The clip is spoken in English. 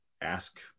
ask